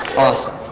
awesome.